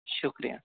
શુક્રિયા